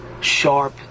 sharp